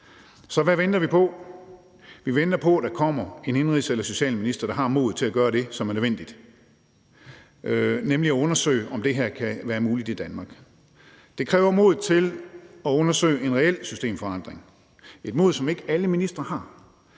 Så hvad venter vi på? Vi venter på, at der kommer en indenrigs- eller socialminister, der har modet til at gøre det, som er nødvendigt, nemlig at undersøge, om det her kan være muligt i Danmark. Det kræver mod til at undersøge en reel systemforandring, et mod, som ikke alle ministre har.